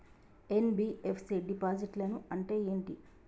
NBFC డిపాజిట్లను అంటే ఏంటి?